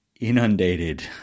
inundated